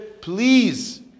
please